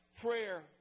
prayer